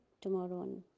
tomorrow